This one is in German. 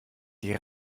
die